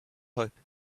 hope